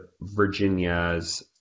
Virginia's